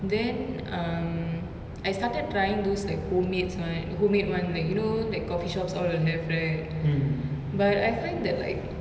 then um I started trying those like home-mades one home-made one like you know like coffee shops all there have right but I find that like